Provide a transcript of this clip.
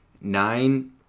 Nine